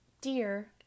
dear